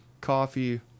coffee